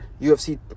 UFC